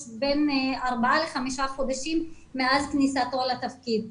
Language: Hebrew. תהיה רק אחרי בין ארבעה לחמישה חודשים מאז כניסתו לתפקיד.